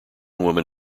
woman